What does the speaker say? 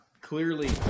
clearly